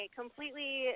completely